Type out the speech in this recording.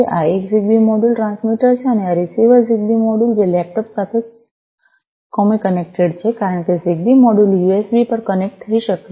આ એક Zigbee module transmitter છે અને આ રીસીવર જિગબી મોડ્યુલ છે જે લેપટોપ સાથે કોમે કનેકટેડ છે કારણ કે જિગબી મોડ્યુલ યુએસબી પર કનેક્ટ થઈ શકે છે